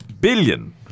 billion